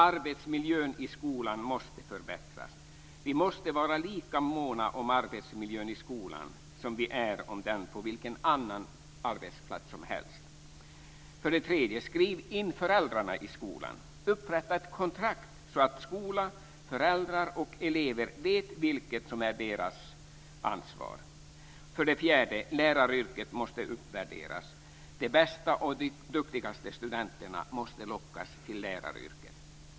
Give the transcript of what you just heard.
Arbetsmiljön i skolan måste förbättras. Vi måste vara lika måna om arbetsmiljön i skolan som vi är om den på vilken annan arbetsplats som helst. 3. Man ska skriva in föräldrarna i skolan och upprätta ett kontrakt, så att skolan, föräldrarna och eleverna vet vad som är deras ansvar. 4. Läraryrket måste uppvärderas. De bästa och duktigaste studenterna måste lockas till läraryrket.